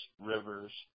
Rivers